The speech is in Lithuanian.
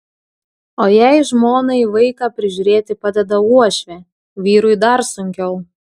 o jei žmonai vaiką prižiūrėti padeda uošvė vyrui dar sunkiau